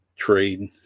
trade